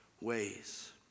ways